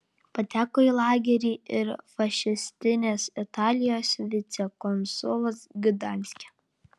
pateko į lagerį ir fašistinės italijos vicekonsulas gdanske